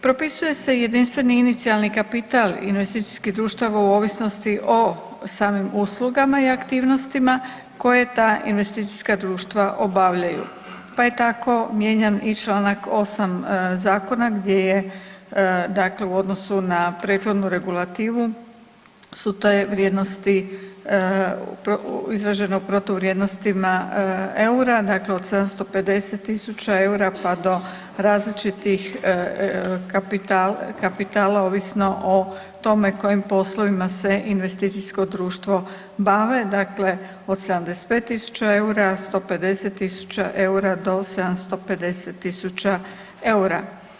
Propisuje se i jedinstveni inicijalni kapital investicijskih društava u ovisnosti o samim uslugama i aktivnostima koje ta investicijska društva obavljaju, pa je tako mijenjan i čl. 8. zakona gdje je u odnosu na prethodnu regulativu su te vrijednosti izražene u protuvrijednostima eura dakle od 750.000 eura pa do različitih kapitala ovisno o tome kojim poslovima se investicijsko društvo bavi, dakle od 75.000 eura, 150.000 eura do 750.00 eura.